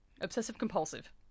Obsessive-compulsive